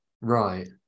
Right